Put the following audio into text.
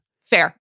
Fair